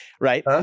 right